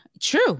True